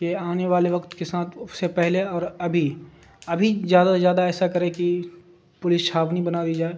کہ آنے والے وقت کے ساتھ اس سے پہلے اور ابھی ابھی زیادہ سے زیادہ ایسا کرے کہ پولیس چھاپ نہیں بنا دی جائے